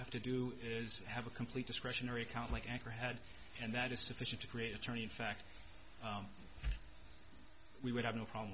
have to do is have a complete discretionary account like acar had and that is sufficient to create attorney in fact we would have no problem